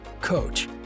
coach